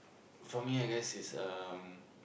for me I guess is um